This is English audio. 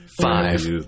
five